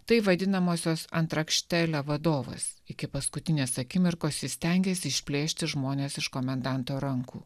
tai vadinamosios antrakštele vadovas iki paskutinės akimirkos ji stengėsi išplėšti žmones iš komendanto rankų